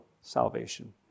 salvation